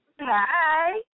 Hi